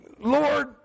Lord